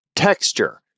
Texture